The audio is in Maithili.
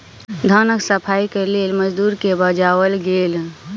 धानक सफाईक लेल मजदूर के बजाओल गेल